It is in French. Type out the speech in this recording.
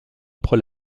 propre